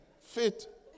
fit